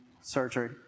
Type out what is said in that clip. surgery